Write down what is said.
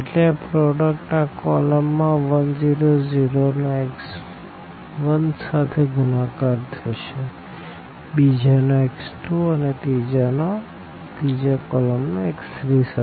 એટલે આ પ્રોડકટ આ કોલમ માં 1 0 0 નો x1 સાથે ગુણાકાર થશે બીજા નો x2 સાથે અને ત્રીજા કોલમ નો x3 સાથે